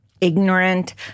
ignorant